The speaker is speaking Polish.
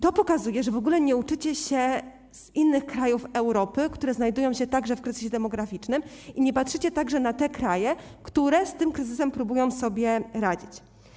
To pokazuje, że w ogóle nie uczycie się od innych krajów Europy, które także znajdują się w kryzysie demograficznym, ani nie patrzycie na te kraje, które z tym kryzysem próbują sobie radzić.